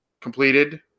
completed